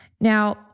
Now